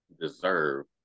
deserve